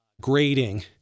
grading